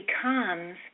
becomes